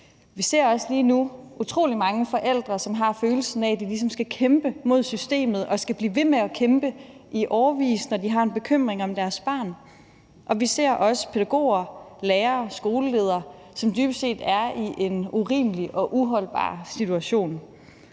vi ser også lige nu utrolig mange forældre, som har følelsen af, at de ligesom skal kæmpe mod systemet, og at de skal blive ved med at kæmpe i årevis, når de har en bekymring om deres barn. Vi ser også pædagoger, lærere og skoleledere, som dybest set er i en urimelig og uholdbar situation,